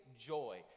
joy